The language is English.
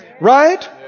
Right